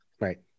Right